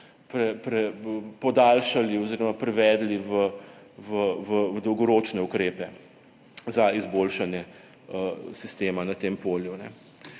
podaljšali oziroma prevedli v dolgoročne ukrepe za izboljšanje sistema na tem polju.